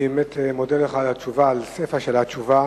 אני באמת מודה לך על התשובה, על הסיפא של התשובה,